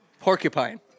Porcupine